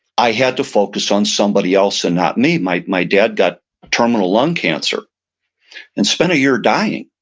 i had to focus on somebody else and not me. my my dad got terminal lung cancer and spent a year dying.